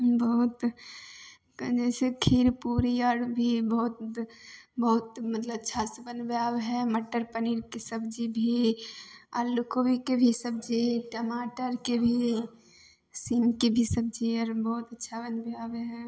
बहुत जइसे खीर पूड़ी आर भी बहुत बहुत मतलब अच्छा से बनबै आबै हइ मटर पनीरके सब्जी भी आलू कोबीके भी सब्जी टमाटरके भी सिमके सब्जी आर बहुत अच्छा बनबै आबै हइ